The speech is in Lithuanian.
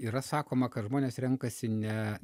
yra sakoma kad žmonės renkasi ne